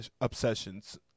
obsessions